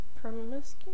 Promiscuous